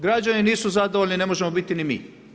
Građani nisu zadovoljni, ne možemo biti ni mi.